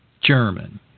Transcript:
German